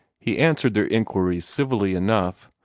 he answered their inquiries civilly enough,